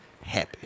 happy